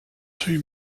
two